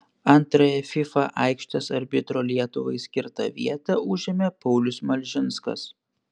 antrąją fifa aikštės arbitro lietuvai skirtą vietą užėmė paulius malžinskas